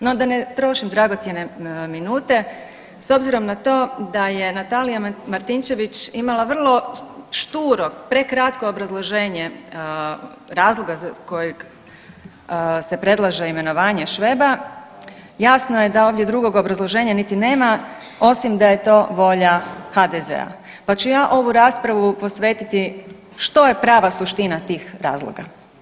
No da ne trošim dragocjene minute, s obzirom na to da je Natalija Martinčević imala vrlo šturo, prekratko obrazloženje razloga za kojeg se predlaže imenovanje Šveba jasno je da ovdje drugog obrazloženja niti nema osim da je to volja HDZ-a, pa ću ja ovu raspravu posvetiti što je prava suština tih razloga.